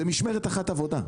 זה משמרת אחת עבודה.